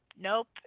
nope